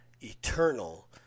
eternal